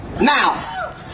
Now